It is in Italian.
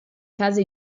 casa